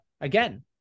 again